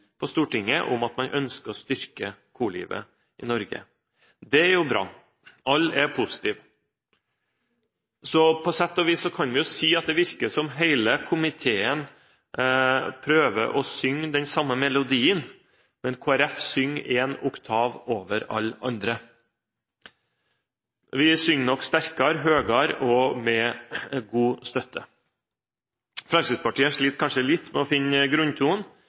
på Stortinget om at man ønsker å styrke korlivet i Norge. Det er bra. Alle er positive, så på sett og vis kan vi jo si at det virker som om hele komiteen prøver å synge den samme melodien, men Kristelig Folkeparti synger en oktav over alle andre. Vi synger nok sterkere, høyere og med god støtte. Fremskrittspartiet sliter kanskje litt med å finne grunntonen.